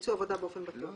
ביצוע העבודה באופן בטוח.